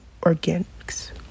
Organics